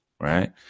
right